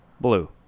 blue